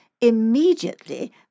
immediately